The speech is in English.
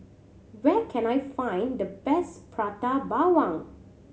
where can I find the best Prata Bawang